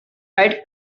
had